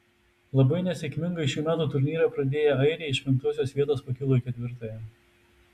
labai nesėkmingai šių metų turnyrą pradėję airiai iš penktosios vietos pakilo į ketvirtąją